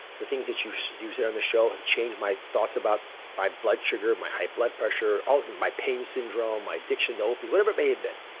the things that you you said on the show have changed my thoughts about my blood sugar, my high blood pressure, ah my pain syndrome, my addiction to op, whatever it may have been.